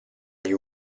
agli